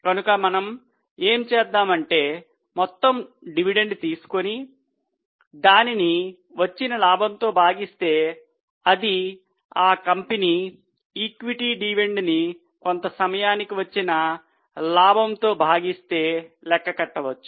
కనుక మనము ఏం చేద్దాం అంటే మొత్తం డివిడెండ్ తీసుకొని దానిని వచ్చిన లాభంతో భాగిస్తే అది ఆ కంపెనీ ఈక్విటీ డివిడెండ్ ని కొంత సమయానికి వచ్చిన లాభంతో భాగిస్తే లెక్క కట్టవచ్చు